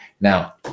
Now